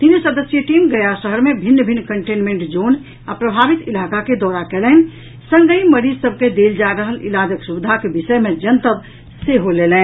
तीन सदस्यीय टीम गया शहर मे भिन्न भिन्न कंटेनमेंट जोन आ प्रभावित इलाका के दौरा कयलनि संगहि मरीज सभ के देल जा रहल इलाजक सुविधाक विषय मे जनतब सेहो लेलनि